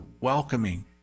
welcoming